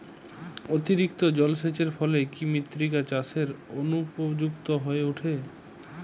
অতিরিক্ত জলসেচের ফলে কি মৃত্তিকা চাষের অনুপযুক্ত হয়ে ওঠে?